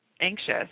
anxious